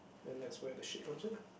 and that's where the shit come in lah